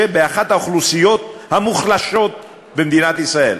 באחת האוכלוסיות המוחלשות במדינת ישראל,